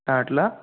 काय म्हटलं